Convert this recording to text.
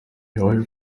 yabaye